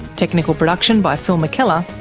technical production by phil mckellar,